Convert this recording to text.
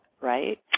right